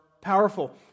powerful